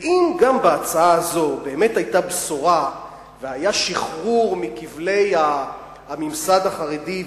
ואם גם בהצעה הזו באמת היתה בשורה והיה שחרור מכבלי הממסד החרדי,